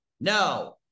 no